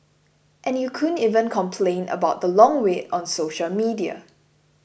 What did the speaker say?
and you couldn't even complain about the long wait on social media